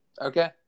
Okay